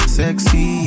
sexy